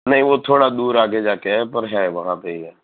નહીં વો થોડા દૂર આગે જાકે હૈ પર હૈ વહાં પે હી હૈ